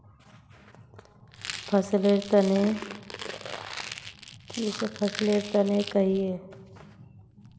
फसल लेर तने कहिए?